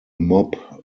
mob